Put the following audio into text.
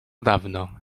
dawno